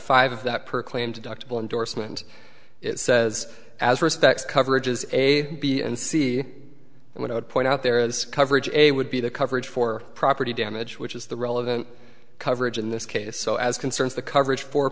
five of that per claimed ductile endorsement it says as respects coverage is a b and c and when i would point out there is coverage a would be the coverage for property damage which is the relevant coverage in this case so as concerns the coverage for